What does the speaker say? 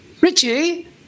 Richie